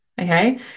okay